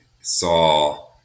saw